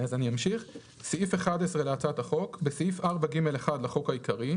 סעיף 11 להצעת החוק "בסעיף 4ג1 לחוק העיקרי,